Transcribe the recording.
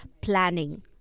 planning